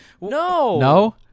No